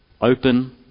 open